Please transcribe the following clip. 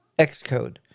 Xcode